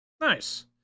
Nice